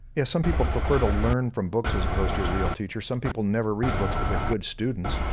yeah, some people prefer to learn from books as opposed to a real teacher, some people never read books but they're good students.